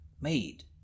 made